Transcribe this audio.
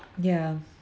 ya